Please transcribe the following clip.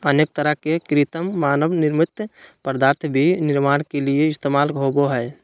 अनेक तरह के कृत्रिम मानव निर्मित पदार्थ भी निर्माण के लिये इस्तेमाल होबो हइ